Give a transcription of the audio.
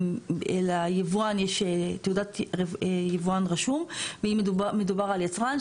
אם ליבואן יש תעודת יבואן רשום ואם מדובר על יצרן,